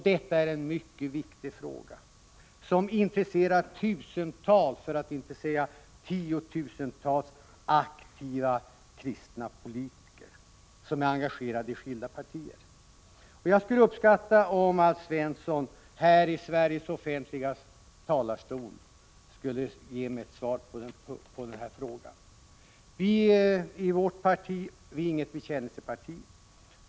Detta är en mycket viktig fråga som intresserar tusentals, för att inte säga tiotusentals, aktiva kristna politiker som är engagerade i skilda partier. Jag skulle uppskatta om Alf Svensson här i Sveriges offentliga talarstol ville ge mig ett svar på den frågan. Moderata samlingspartiet är inget bekännelseparti.